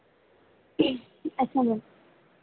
अच्छा मैम